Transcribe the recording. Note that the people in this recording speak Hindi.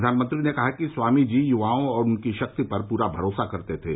प्रधानमंत्री ने कहा कि स्वामीजी युवाओं और उनकी शक्ति पर पूरा भरोसा करते थे